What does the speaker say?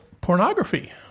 pornography